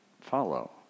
follow